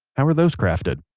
how are those crafted?